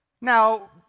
Now